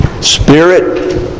spirit